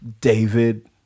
David